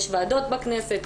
יש ועדות בכנסת,